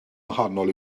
wahanol